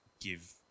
give